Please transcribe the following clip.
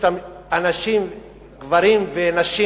גברים ונשים,